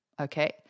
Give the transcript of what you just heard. Okay